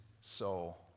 soul